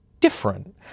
different